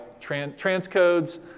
transcodes